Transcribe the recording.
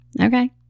Okay